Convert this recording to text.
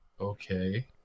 okay